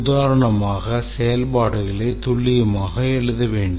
உதாரணமாக செயல்பாடுகளை துல்லியமாக எழுத வேண்டும்